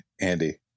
Andy